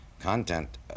content